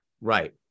Right